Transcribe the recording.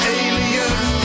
aliens